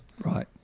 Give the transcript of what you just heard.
Right